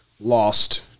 lost